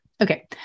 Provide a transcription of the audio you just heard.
Okay